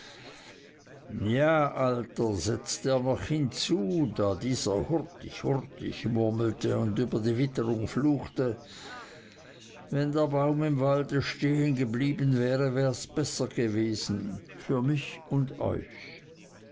ja alter setzte er noch hinzu da dieser hurtig hurtig murmelte und über die witterung fluchte wenn der baum im walde stehen geblieben wäre wär's besser gewesen für mich und euch